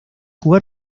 jugar